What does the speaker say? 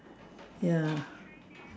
ya